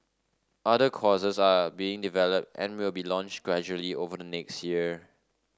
other courses are being developed and will be launched gradually over the next year